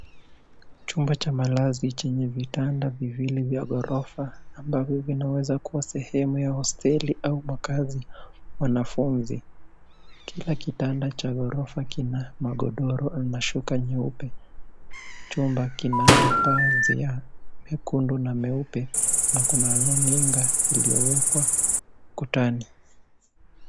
Chumba cha malazi chenye vitanda viwili vya ghorofa ambavyo vinaweza kuwa sehemu ya hoteli au makazi ya wanafunzi. Kila kitanda cha ghorofa kina magodoro ama shuka nyeupe. Chumba kina mapazia mekundu na meupe, na kuna runinga iliyowekwa ukutani.